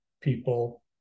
people